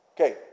Okay